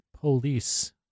Police